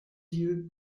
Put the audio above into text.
yeux